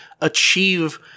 achieve